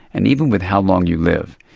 and even with how long you live.